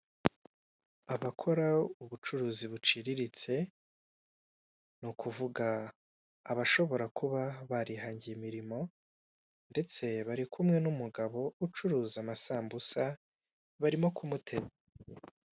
Abakora ubucuruzi buciriritse ni ukuvuga abashobora kuba barihangiiye imirimo, ndetse bari kumwe n'umugabo ucuruza amasambusa, barimo kumute.